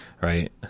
right